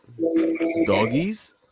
Doggies